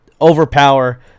overpower